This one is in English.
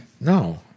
No